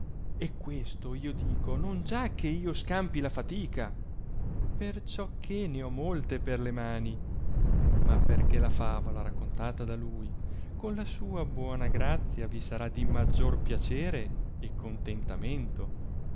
e questo io dico non già che io scampi la fatica per ciò che ne ho molte per le mani ma perchè la favola raccontata da lui con la sua buona grazia vi sarà di maggior piacere e contentamento